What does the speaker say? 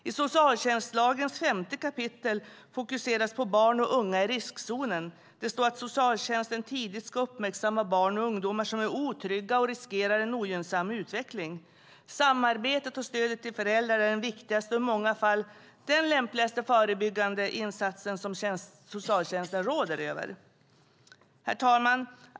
I socialtjänstlagen 5 kap. fokuseras på barn och unga i riskzonen. Det står att socialtjänsten tidigt ska uppmärksamma barn och ungdomar som är otrygga och riskerar en ogynnsam utveckling. Samarbetet och stödet till föräldrar är den viktigaste och i många fall den lämpligaste förebyggande insatsen som socialtjänsten råder över. Herr talman!